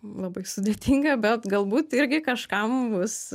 labai sudėtinga bet galbūt irgi kažkam bus